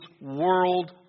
world